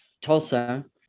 Tulsa